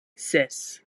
ses